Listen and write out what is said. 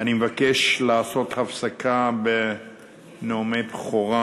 אני מבקש לעשות הפסקה בנאומי הבכורה.